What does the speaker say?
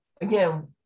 again